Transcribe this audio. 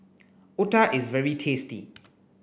Otah is very tasty